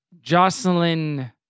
Jocelyn